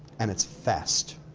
and its' fast.